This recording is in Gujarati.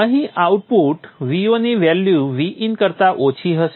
અહીં આઉટપુટ વોલ્ટેજ Vo ની વેલ્યુ Vin કરતા ઓછી હશે